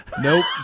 Nope